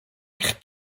eich